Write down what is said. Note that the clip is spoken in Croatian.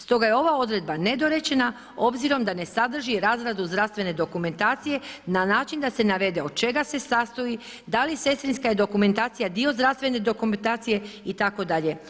Stoga je ova odredba nedorečena, obzirom da ne sadrži razradu zdravstvene dokumentacije na način da se navede od čega se sastoji, da li je sestrinska dokumentacija dio zdravstvene dokumentacije itd.